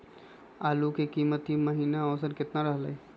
आलू के कीमत ई महिना औसत की रहलई ह?